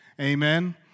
Amen